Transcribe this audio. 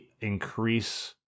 increase